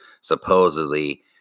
supposedly